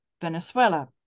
Venezuela